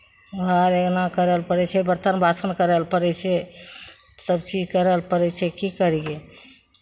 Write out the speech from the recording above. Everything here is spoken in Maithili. घर अङ्गना करय लए पड़ै छै बरतन बासन करय लए पड़ै छै सभचीज करय लए पड़ै छै की करियै